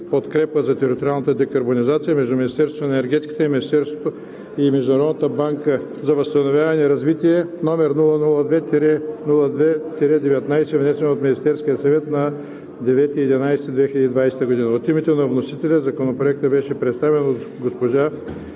„Подкрепа за териториалната декарбонизация“ между Министерството на енергетиката и Международната банка за възстановяване и развитие, № 002-02-19, внесен от Министерския съвет на 9 ноември 2020 г. От името на вносителя Законопроектът беше представен от госпожа